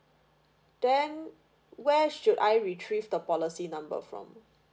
then where should I retrieve the policy number from